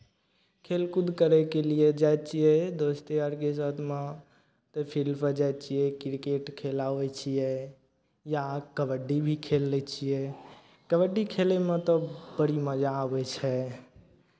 खेलकूद करयके लिए जाइ छियै दोस्त यारके साथमे तऽ फील्डपर जाइ छियै क्रिकेट खेल आबै छियै या कबड्डी भी खेल लै छियै कबड्डी खेलयमे तऽ बड़ी मजा आबै छै